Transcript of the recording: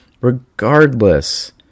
regardless